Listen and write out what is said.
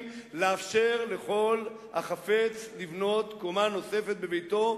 לאפשר לכל החפץ לבנות קומה נוספת בביתו,